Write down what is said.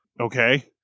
Okay